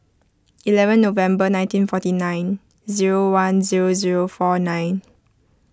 eleven November nineteen forty nine zero one zero zero four nine